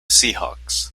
seahawks